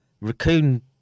raccoon